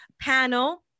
panel